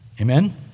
Amen